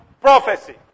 prophecy